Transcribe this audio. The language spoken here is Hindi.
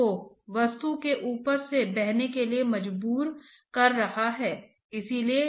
और आपके पास दो कॉम्पोनेन्ट हैं यदि यह आपके पास एक 2D प्रणाली है तो दो वेलोसिटी कॉम्पोनेन्ट u और v हैं